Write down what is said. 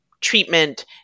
treatment